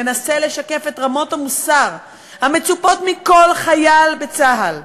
מנסה לשקף את רמות המוסר המצופות מכל חייל בצה"ל.